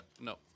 no